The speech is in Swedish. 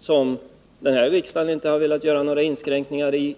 som riksdagen inte har velat företa några ändringar i.